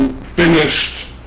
finished